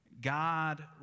God